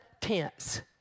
tense